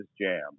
jam